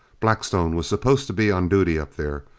blackstone was supposed to be on duty up there,